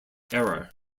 error